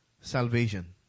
salvation